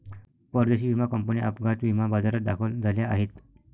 परदेशी विमा कंपन्या अपघात विमा बाजारात दाखल झाल्या आहेत